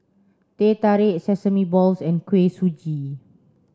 Teh Tarik sesame balls and Kuih Suji